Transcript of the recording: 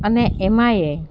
અને એમાંય